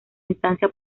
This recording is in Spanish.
instancia